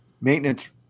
maintenance